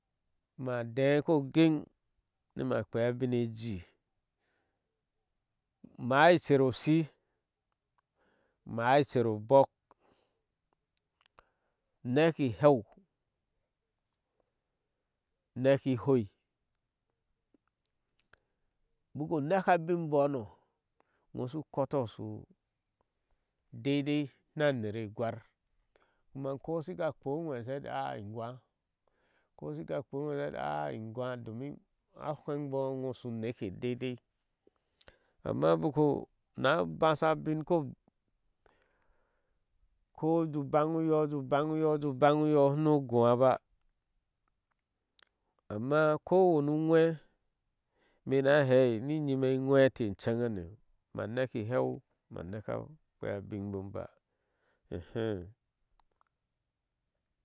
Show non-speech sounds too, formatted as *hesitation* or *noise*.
Ma dɛɛn kogin nima kpeea abiŋ a jii maá cher oshi maa icher obɔk neki iheu neki ihoi baku neke abiŋ imbono ŋo shu koto ushu deidei na nere gwar kuma ko shika puu uŋwe asa leti ai inwa ko shika kpuu uŋwe asa heti ai iŋwa domin a hweŋbo iŋo ushu neke de dei ama ubaku na basa bin ko uzuh bagu nyo ujuh bajo nyo uju banjyo oshuno guwa baa ama ko wanu uŋwé me na hai ni yime a ŋweteh cheŋene ma neki heu ma neke kpeea abiŋbon ba. *hesitation*